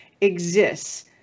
exists